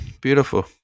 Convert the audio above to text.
Beautiful